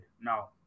now